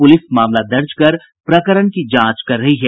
police मामला दर्ज कर प्रकरण की जांच कर रही है